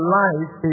life